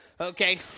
Okay